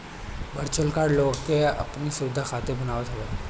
virtual card लोग अपनी सुविधा खातिर बनवावत हवे